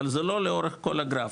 אבל זה לא לאורך כל הגרף,